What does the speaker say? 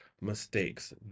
mistakes